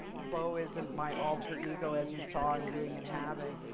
bo is and my alter ego, as you saw, in being and having.